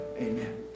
Amen